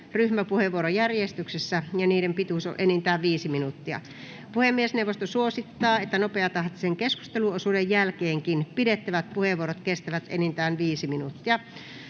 ryhmäpuheenvuorojärjestyksessä, ja niiden pituus on enintään 5 minuuttia. Puhemiesneuvosto suosittaa, että nopeatahtisen keskusteluosuuden jälkeenkin pidettävät puheenvuorot kestävät enintään 5 minuuttia.